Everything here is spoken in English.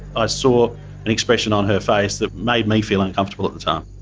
i saw an expression on her face that made me feel uncomfortable at the time.